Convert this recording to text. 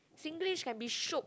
Singlish can be shiok